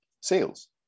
sales